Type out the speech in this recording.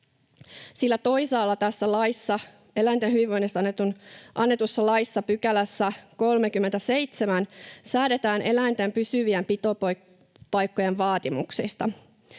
toisaalla eläinten hyvinvoinnista annetussa laissa, 37 §:ssä, säädetään eläinten pysyvien pitopaikkojen vaatimuksista: